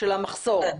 של המחסור.